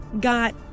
got